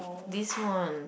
this one